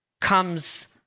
comes